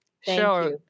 Sure